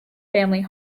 family